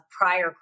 prior